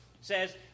says